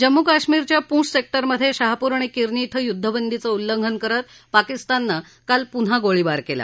जम्मू काश्मिरच्या पूंछ सेक उमधे शाहपूर आणि किरनी इथं युद्धबंदीचं उल्लंघन करत पाकिस्ताननं काल पुन्हा गोळीबार केला